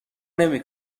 نمی